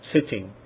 sitting